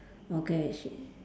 okay she